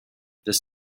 that